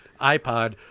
iPod